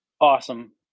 awesome